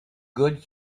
good